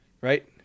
right